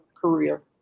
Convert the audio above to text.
career